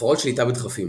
הפרעות שליטה בדחפים